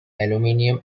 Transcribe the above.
aluminium